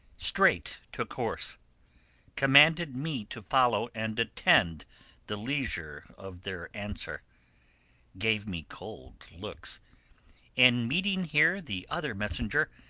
straight took horse commanded me to follow and attend the leisure of their answer gave me cold looks and meeting here the other messenger,